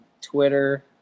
Twitter